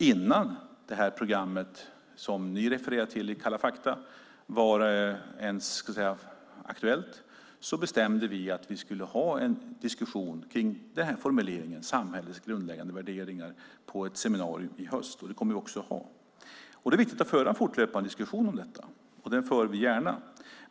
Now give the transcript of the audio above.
Innan det avsnitt av Kalla fakta som ni refererar till var aktuellt bestämde vi att vi skulle ha en diskussion kring formuleringen "samhällets grundläggande värderingar" på ett seminarium i höst. Det kommer vi också att ha. Det är viktigt att föra en fortlöpande diskussion om detta, och det gör vi gärna.